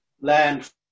land